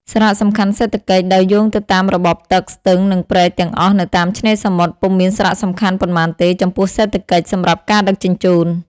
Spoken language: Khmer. សារៈសំខាន់សេដ្ឋកិច្ច ដោយយោងទៅតាមរបបទឹក ស្ទឹង និងព្រែកទាំងអស់នៅតាមឆ្នេរសមុទ្រ ពុំមានសារៈសំខាន់ប៉ុន្មានទេចំពោះសេដ្ឋកិច្ច សម្រាប់ការដឹកជញ្ជូន។